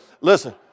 listen